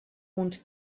uns